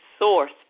source